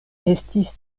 estis